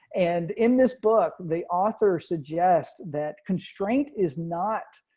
and in this book, the author suggests that constraint is not